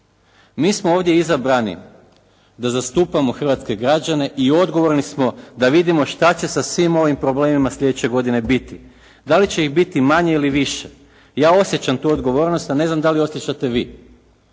Mi smo ovdje izabrani da zastupamo hrvatske građane i odgovorni smo da vidimo šta će sa svim ovim problemima slijedeće godine biti. Da li će ih biti manje ili više. Ja osjećam tu odgovornost, a ne znam da li osjećate vi.